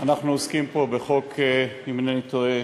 אנחנו עוסקים פה בחוק, ואם אינני טועה,